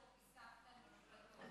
היושב-ראש,